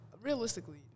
realistically